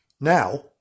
Now